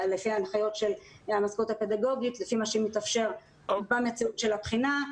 לפי ההנחיות של המזכירות הפדגוגית לפי מה שמתאפשר במציאות של הבחינה,